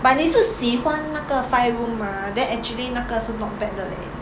but 你是喜欢那个 five room mah then actually 那个是 not bad 的 leh